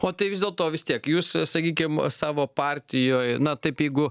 o tai vis dėlto vis tiek jūs sakykim savo partijoj na taip jeigu